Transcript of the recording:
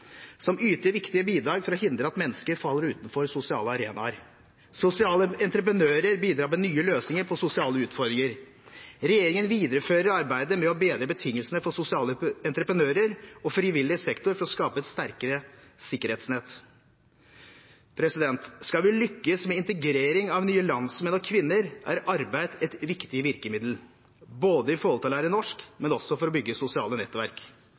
som yter viktige bidrag for å hindre at mennesker faller utenfor sosiale arenaer. Sosiale entreprenører bidrar med nye løsninger på sosiale utfordringer. Regjeringen viderefører arbeidet med å bedre betingelsene for sosiale entreprenører og frivillig sektor for å skape et sterkere sikkerhetsnett. Skal vi lykkes med integrering av nye landsmenn og -kvinner, er arbeid et viktig virkemiddel, både for å lære norsk og for å bygge sosiale nettverk.